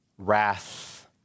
Wrath